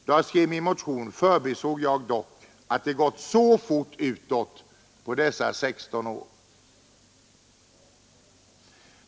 Då jag skrev min motion förbisåg jag dock att det har gått så fort utför på dessa 16 år.